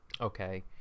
okay